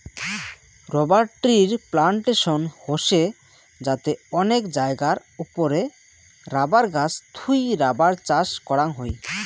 rubber ট্রির plantation হসে যাতে অনেক জায়গার ওপরে রাবার গাছ থুই রাবার চাষ করাং হই